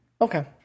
Okay